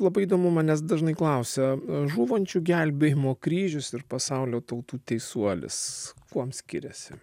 labai įdomu manęs dažnai klausia žūvančių gelbėjimo kryžius ir pasaulio tautų teisuolis kuom skiriasi